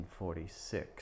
1946